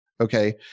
Okay